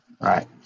Right